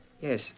Yes